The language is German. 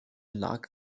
lac